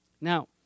Now